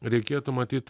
reikėtų matyt